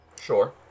Sure